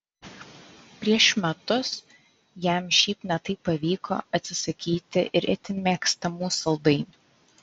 prieš metus jam šiaip ne taip pavyko atsisakyti ir itin mėgstamų saldainių